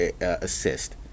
assist